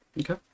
Okay